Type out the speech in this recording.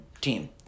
team